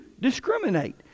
discriminate